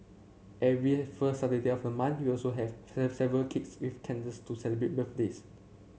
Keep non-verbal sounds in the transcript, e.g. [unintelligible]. every first Saturday of the month we also have [unintelligible] several cakes with candles to celebrate birthdays